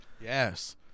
Yes